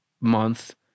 month